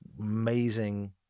amazing